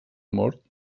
mort